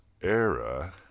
era